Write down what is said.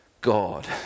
God